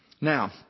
Now